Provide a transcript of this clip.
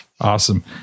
awesome